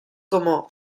como